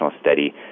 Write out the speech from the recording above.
study